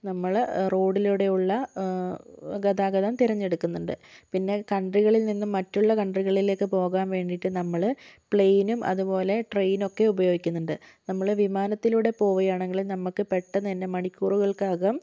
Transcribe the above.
നമ്മൾ റോഡിലൂടെയുള്ള ഗതാഗതം തിരഞ്ഞെടുക്കുന്നുണ്ട് പിന്നെ കൺട്രികളിൽ നിന്നും മറ്റുള്ള കൺട്രികളിലേക്ക് പോകാൻ വേണ്ടിയിട്ട് നമ്മൾ പ്ലെയിനും അതുപോലെ ട്രെയിനൊക്കെ ഉപയോഗിക്കുന്നുണ്ട് നമ്മൾ വിമാനത്തിലൂടെ പോവുകയാണെങ്കിൽ നമുക്ക് പെട്ടെന്ന് തന്നെ മണിക്കൂറുകൾക്കകം